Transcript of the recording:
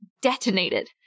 detonated